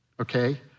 Okay